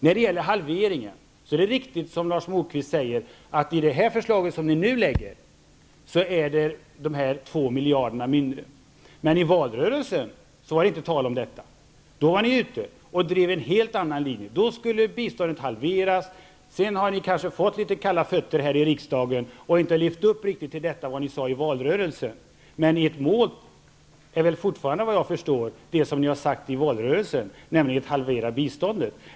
När det gäller halveringen är det riktigt som Lars Moquist säger att det enligt det förslag som ni nu lägger fram rör sig om 2 miljarder mindre. Men i valrörelsen var det inte tal om detta. Då var ni ute och drev en helt annan linje som gick ut på att biståndet skulle halveras. Sedan har ni kanske fått litet kalla fötter här i riksdagen och inte kunnat leva upp till det som ni sade i valrörelsen. Såvitt jag förstår är väl ert mål det som sades under valrörelsen, nämligen en halvering av biståndet.